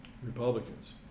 Republicans